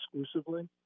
exclusively